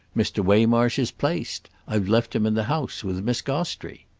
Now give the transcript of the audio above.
mr. waymarsh is placed. i've left him in the house with miss gostrey.